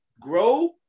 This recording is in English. Grow